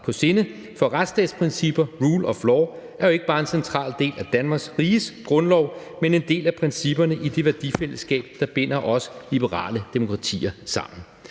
på sinde, for retsstatsprincipper, rule of law, er jo ikke bare en central del af Danmarks Riges Grundlov, men en del af principperne i det værdifællesskab, der binder os liberale demokratier sammen: